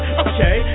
okay